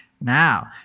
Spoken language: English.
Now